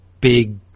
big